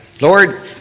Lord